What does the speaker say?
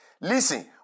Listen